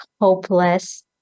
hopeless